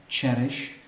cherish